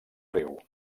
riu